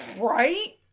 right